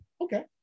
Okay